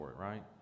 right